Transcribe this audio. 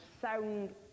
sound